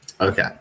Okay